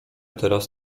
teraz